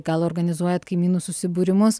gal organizuojat kaimynų susibūrimus